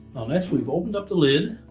next we've opened up the lid.